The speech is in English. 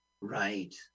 Right